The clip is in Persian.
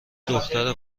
دختر